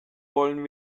wollen